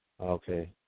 Okay